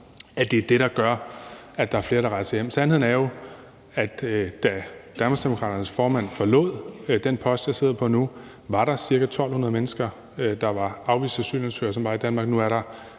at det er det, der gør, at der er flere, der rejser hjem. Sandheden er jo, at da Danmarksdemokraternes formand forlod den post, jeg sidder på nu, var der ca. 1.200 mennesker, der var afviste asylansøgere, i Danmark, og nu er der